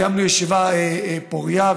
קיימנו ישיבה פורייה,